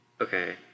Okay